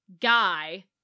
guy